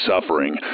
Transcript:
suffering